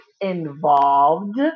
involved